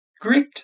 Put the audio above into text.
Great